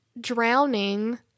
drowning